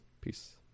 peace